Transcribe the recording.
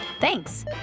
Thanks